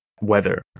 weather